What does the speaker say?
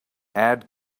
add